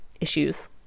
issues